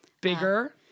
bigger